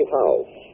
house